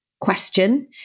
question